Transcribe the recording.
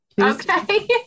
Okay